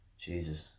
Jesus